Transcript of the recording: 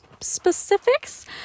specifics